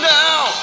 now